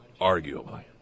arguably